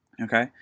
Okay